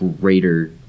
greater